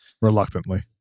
reluctantly